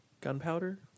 Gunpowder